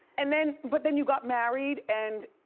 and then, but then you got married and